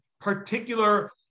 particular